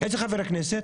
איזה חבר הכנסת?